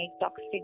toxic